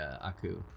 Aku